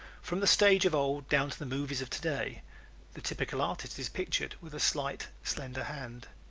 from the stage of old down to the movies of today the typical artist is pictured with a slight, slender hand.